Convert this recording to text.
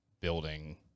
building